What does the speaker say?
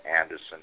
Anderson